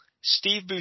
Steve